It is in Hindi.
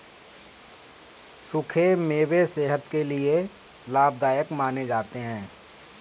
सुखे मेवे सेहत के लिये लाभदायक माने जाते है